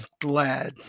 glad